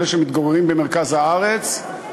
אלה שמתגוררים במרכז הארץ,